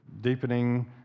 deepening